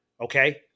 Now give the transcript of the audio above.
okay